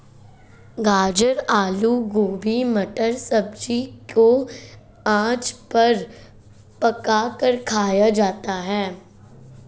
गाजर आलू गोभी मटर सब्जी को आँच पर पकाकर खाया जाता है